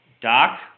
Doc